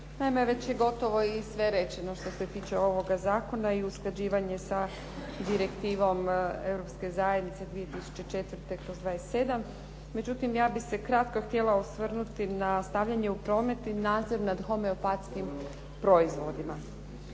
Naime, već je gotovo i sve rečeno što se tiče ovoga zakona i usklađivanje sa Direktivom Europske zajednice 2004/27. Međutim, ja bih se kratko htjela osvrnuti na stavljanje u promet i nadzor nad homeopatskim proizvodima.